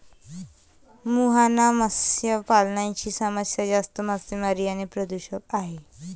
मुहाना मत्स्य पालनाची समस्या जास्त मासेमारी आणि प्रदूषण आहे